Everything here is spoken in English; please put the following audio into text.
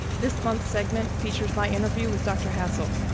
this month's segment features my interview with dr. hassell.